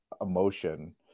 emotion